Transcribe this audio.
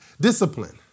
discipline